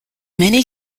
many